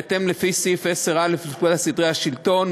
בהתאם לסעיף 10א לפקודת סדרי השלטון,